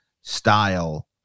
style